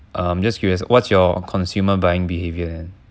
um just curious what's your consumer buying behaviour